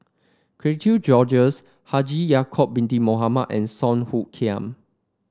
Cherian George Haji Ya'acob Bin Mohamed and Song Hoot Kiam